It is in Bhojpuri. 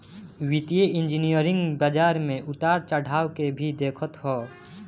वित्तीय इंजनियरिंग बाजार में उतार चढ़ाव के भी देखत हअ